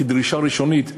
כדרישה ראשונית,